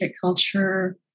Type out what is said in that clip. culture